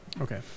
Okay